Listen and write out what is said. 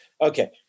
Okay